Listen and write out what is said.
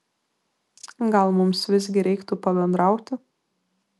gal mums visgi reiktų pabendrauti